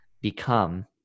become